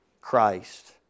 Christ